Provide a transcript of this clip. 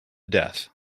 death